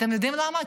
אתם יודעים למה?